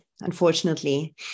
unfortunately